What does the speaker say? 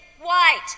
white